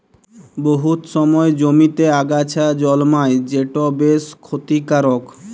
বহুত সময় জমিতে আগাছা জল্মায় যেট বেশ খ্যতিকারক